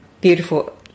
beautiful